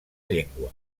llengua